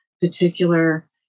particular